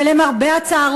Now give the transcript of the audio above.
ולמרבה הצער,